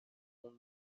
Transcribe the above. اون